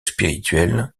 spirituel